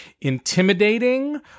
intimidating